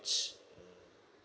shh